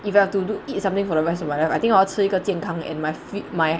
if you have to do eat something for the rest of my life I think 好吃一个健康 and my feet my